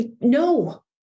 no